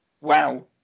Wow